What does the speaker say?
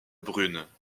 brune